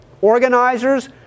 Organizers